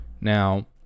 Now